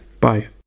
Bye